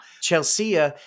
Chelsea